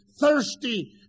thirsty